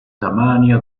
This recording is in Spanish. tamaño